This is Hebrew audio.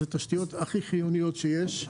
אלה התשתיות הכי חיוניות שיש.